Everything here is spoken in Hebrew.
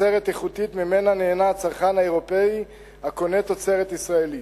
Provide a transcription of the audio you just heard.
מהתוצרת האיכותית שממנה נהנה הצרכן האירופי הקונה תוצרת ישראלית.